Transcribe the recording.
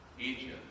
Egypt